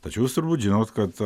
tačiau jūs turbūt žinot kad